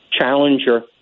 challenger